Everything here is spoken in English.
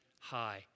high